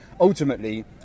Ultimately